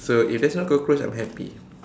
so if there's no cockroach I'm happy